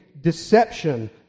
deception